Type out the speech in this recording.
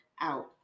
out